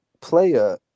player